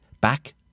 back